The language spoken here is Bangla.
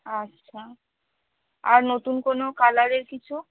আচ্ছা আর নতুন কোনো কালারের কিছু